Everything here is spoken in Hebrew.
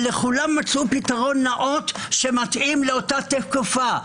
לכולם מצאו פתרון נאות שמתאים לאותה תקופה.